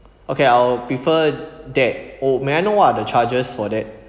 okay I will prefer that oh may I know what are the charges for that